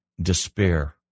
despair